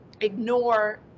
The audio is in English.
ignore